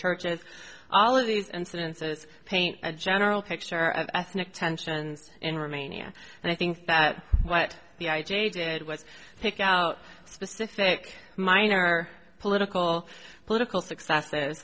churches all of these incidences paint a general picture of ethnic tensions in romania and i think that what the i j a did was pick out specific minor political political successes